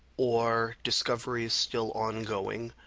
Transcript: or discovery is still ongoing,